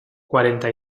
cuarenta